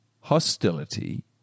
hostility